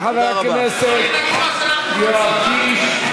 תודה לחבר הכנסת יואב קיש.